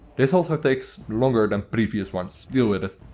this also takes longer than previous ones. deal with it.